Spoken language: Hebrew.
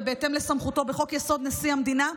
ובהתאם לסמכותו בחוק-יסוד: נשיא המדינה,